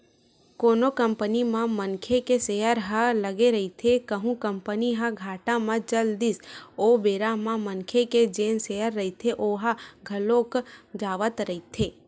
कोनो कंपनी म मनखे के सेयर ह लगे रहिथे कहूं कंपनी ह घाटा म चल दिस ओ बेरा म मनखे के जेन सेयर रहिथे ओहा घलोक जावत रहिथे